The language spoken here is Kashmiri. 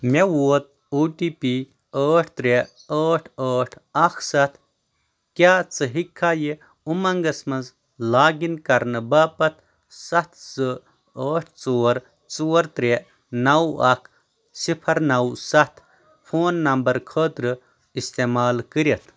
مےٚ ووت او ٹی پی ٲٹھ ترے ٲٹھ ٲٹھ اَکھ ستھ کیٛاہ ژٕ ہیٛککھا یہِ اُمنٛگس مَنٛز لاگ اِن کرنہٕ باپتھ ستھ زٕ ٲٹھ ژور ژور ترے نَو اَکھ صفر نَو ستھ فون نمبرٕ خٲطرٕ استعمال کٔرِتھ